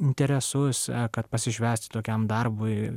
interesus kad pasišvęsti tokiam darbui